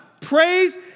praise